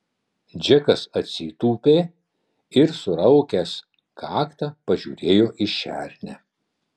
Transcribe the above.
džekas atsitūpė ir suraukęs kaktą pažiūrėjo į šernę